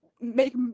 make